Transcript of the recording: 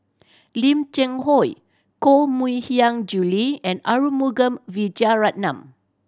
Lim Cheng Hoe Koh Mui Hiang Julie and Arumugam Vijiaratnam